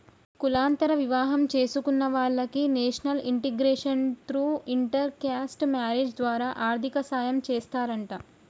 కులాంతర వివాహం చేసుకున్న వాలకి national integration through inter caste marriage ద్వారా ఆర్థిక సాయం చేస్తారంట